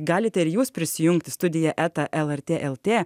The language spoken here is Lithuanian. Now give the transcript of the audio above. galite ir jūs prisijungti studija eta lrt lt